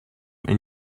and